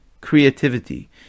creativity